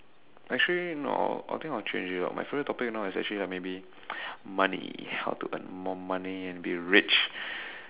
actually no I think I will change it out my favorite topic now is actually like maybe money how to earn more money and be rich